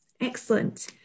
Excellent